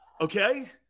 Okay